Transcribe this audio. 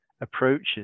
approaches